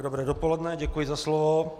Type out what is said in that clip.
Dobré dopoledne, děkuji za slovo.